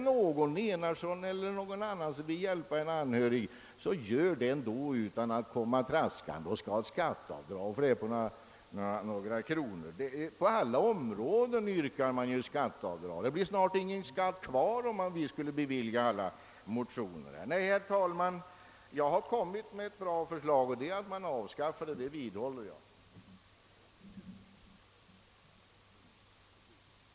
Om det är någon, herr Enarsson eller någon annan, som vill hjälpa en anhörig, så kan han göra det utan att komma traskande och vilja ha skatteavdrag för det med några kronor. På alla områden yrkar man skatteavdrag. Det blir snart ingen skatt kvar, om vi skulle bifalla alla motioner. Nej, herr talman, jag har kommit med ett bra förslag, nämligen att man skall avskaffa avdragsrätt för periodiskt understöd och det vidhåller jag.